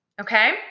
okay